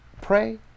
Pray